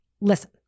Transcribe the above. listen